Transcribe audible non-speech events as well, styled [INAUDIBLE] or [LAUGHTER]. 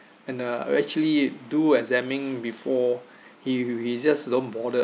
and uh we actually do examine before [BREATH] he he just don't bother